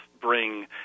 bring